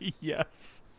Yes